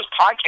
podcasts